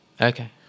Okay